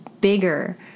bigger